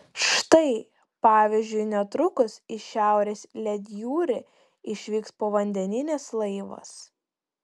štai pavyzdžiui netrukus į šiaurės ledjūrį išvyks povandeninis laivas